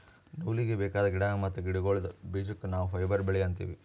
ನೂಲೀಗಿ ಬೇಕಾದ್ ಗಿಡಾ ಮತ್ತ್ ಗಿಡಗೋಳ್ದ ಬೀಜಕ್ಕ ನಾವ್ ಫೈಬರ್ ಬೆಳಿ ಅಂತೀವಿ